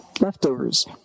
leftovers